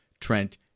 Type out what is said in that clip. Trent